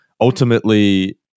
Ultimately